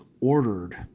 ordered